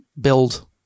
build